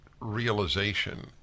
realization